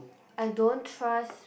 I don't trust